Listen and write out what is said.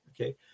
Okay